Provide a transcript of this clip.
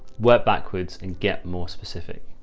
work backwards and get more specific.